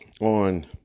on